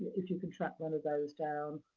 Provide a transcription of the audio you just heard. if you can track one of those down,